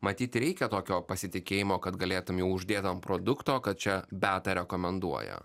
matyt reikia tokio pasitikėjimo kad galėtum jau uždėt ant produkto kad čia beata rekomenduoja